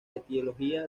etiología